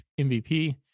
MVP